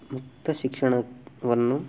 ಮುಕ್ತ ಶಿಕ್ಷಣವನ್ನು